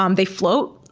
um they float.